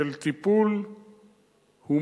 של טיפול הומני,